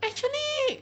actually